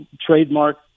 trademark